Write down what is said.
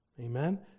Amen